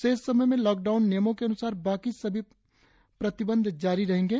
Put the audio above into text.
शेष समय में लॉकडाउन नियमों के अन्सार बाकी सभी प्रतबंध जारी रहेंगे